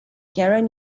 karen